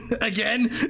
Again